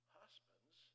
husbands